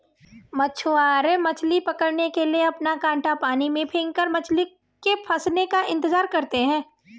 मछुआरे मछली पकड़ने के लिए अपना कांटा पानी में फेंककर मछली के फंसने का इंतजार करते है